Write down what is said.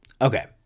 Okay